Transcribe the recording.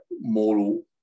moral